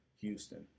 Houston